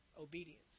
obedience